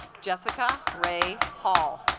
jessica ray hall